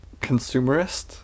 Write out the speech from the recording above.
consumerist